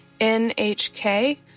NHK